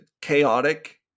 chaotic